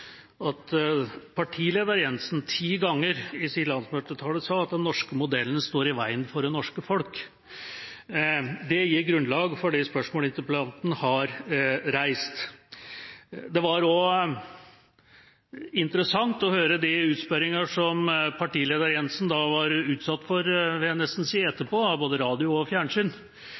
at partileder Jensen ti ganger i sin landsmøtetale sa at den norske modellen står i veien for det norske folk. Det gir grunnlag for det spørsmålet interpellanten har reist. Det var også interessant å høre de utspørringer som partileder Jensen var utsatt for etterpå av både radio og fjernsyn,